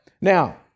Now